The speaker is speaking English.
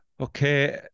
Okay